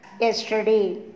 yesterday